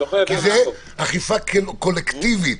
כי זה אכיפה קולקטיבית.